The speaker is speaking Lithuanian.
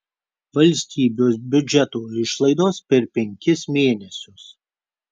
valstybės biudžeto išlaidos per penkis mėnesius